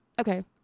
okay